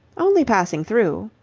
only passing through.